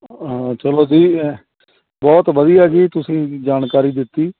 ਹਾਂ ਚਲੋ ਜੀ ਬਹੁਤ ਵਧੀਆ ਜੀ ਤੁਸੀਂ ਜਾਣਕਾਰੀ ਦਿੱਤੀ